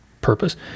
purpose